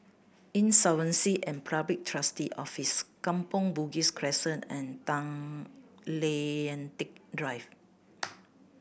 Insolvency and Public Trustee's Office Kampong Bugis Crescent and Tay Lian Teck Drive